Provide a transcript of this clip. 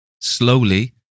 Slowly